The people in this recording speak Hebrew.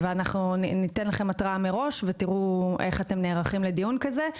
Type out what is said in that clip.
ניתן לכם התראה מראש ותראו איך אתם נערכים לדיון כזה.